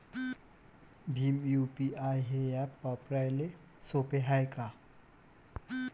Bhim UPI हे app वापराले सोपे हाय का?